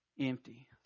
empty